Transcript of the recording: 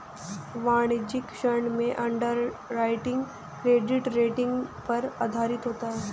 वाणिज्यिक ऋण में अंडरराइटिंग क्रेडिट रेटिंग पर आधारित होता है